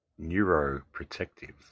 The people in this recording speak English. neuroprotective